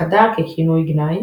חדר ככינוי גנאי